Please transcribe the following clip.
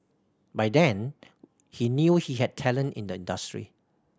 by then he knew he had talent in the industry